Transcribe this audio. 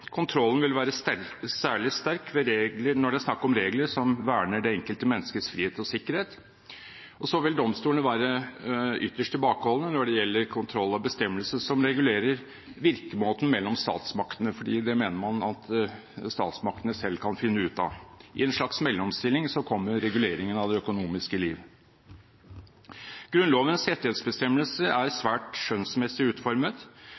Kontrollen vil være særlig sterk når det er snakk om regler som verner det enkelte menneskets frihet og sikkerhet, og så vil domstolene være ytterst tilbakeholdne når det gjelder kontroll av bestemmelser som regulerer virkemåten mellom statsmaktene, fordi det mener man at statsmaktene selv kan finne ut av. I en slags mellomstilling kommer reguleringen av det økonomiske liv. Grunnlovens rettighetsbestemmelser er svært skjønnsmessig utformet.